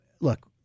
look